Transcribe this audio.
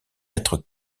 être